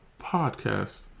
podcast